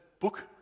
book